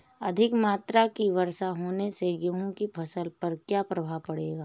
अधिक मात्रा की वर्षा होने से गेहूँ की फसल पर क्या प्रभाव पड़ेगा?